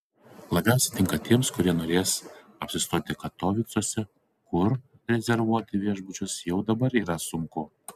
labiausia tinka tiems kurie norės apsistoti katovicuose kur rezervuoti viešbučius jau dabar yra sunku